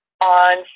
on